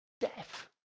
death